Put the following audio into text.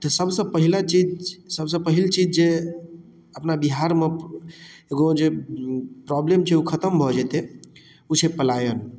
तऽ सभसँ पहिला चीज सभसँ पहिल चीज जे अपना बिहारमे एगो जे प्रोब्लम छै ओ खतम भऽ जयतै ओ छै पलायन